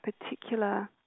particular